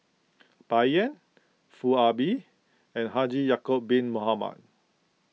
Bai Yan Foo Ah Bee and Haji Ya'Acob Bin Mohamed